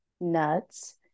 nuts